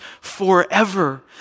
forever